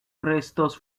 restos